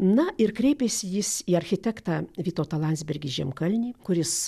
na ir kreipėsi jis į architektą vytautą landsbergį žemkalnį kuris